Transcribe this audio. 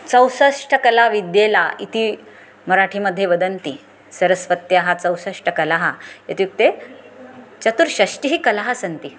चौसस्टकलाविद्येला इति मराठीमध्ये वदन्ति सरस्वत्याः चौशष्टकला इत्युक्ते चतुर्षष्टिः कलाः सन्ति